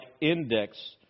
index